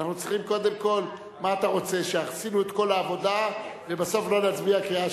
כהצעת הוועדה, נתקבל.